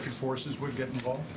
forces would get involved?